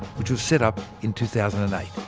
which was set up in two thousand and eight.